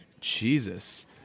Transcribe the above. Jesus